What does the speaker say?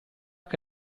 che